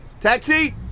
Taxi